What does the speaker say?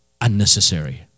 unnecessary